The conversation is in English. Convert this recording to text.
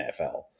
NFL